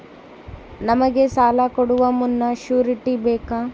ನಮಗೆ ಸಾಲ ಕೊಡುವ ಮುನ್ನ ಶ್ಯೂರುಟಿ ಬೇಕಾ?